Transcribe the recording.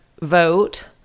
vote